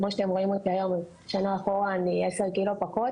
כמו שאתם רואים אותי היום הייתי כ-10 קילו פחות,